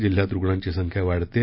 जिल्ह्यात रुग्णांची संख्या वाढत आहे